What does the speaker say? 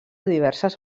diverses